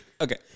Okay